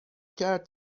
کرد